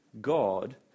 God